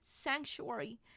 sanctuary